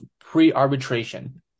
pre-arbitration